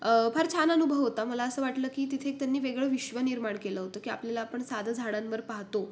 फार छान अनुभव होता मला असं वाटलं की तिथे एक त्यांनी वेगळं विश्व निर्माण केलं होतं की आपल्याला आपण साधं झाडांवर पाहतो